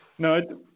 No